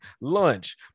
lunch